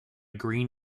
green